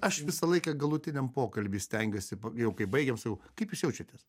aš visą laiką galutiniam pokalby stengiuosi jau kai baigiam sakau kaip jūs jaučiatės